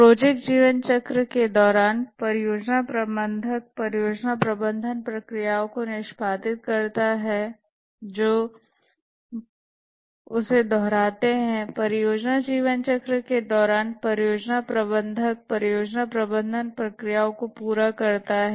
project जीवनचक्र के दौरान परियोजना प्रबंधक परियोजना प्रबंधन प्रक्रियाओं को निष्पादित करता है जो मुझे दोहराते हैं परियोजना जीवनचक्र के दौरान परियोजना प्रबंधक परियोजना प्रबंधन प्रक्रियाओं को पूरा करता है